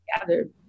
gathered